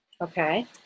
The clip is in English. Okay